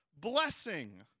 blessing